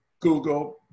Google